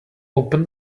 open